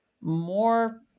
more